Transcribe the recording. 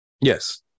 yes